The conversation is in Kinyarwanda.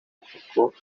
inkoko